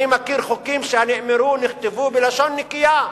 אני מכיר חוקים שנאמרו או נכתבו בלשון נקייה: